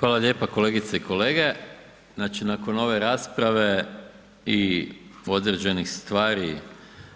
Hvala lijepa kolegice i kolege, znači nakon ove rasprave i određenih stvari